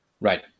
Right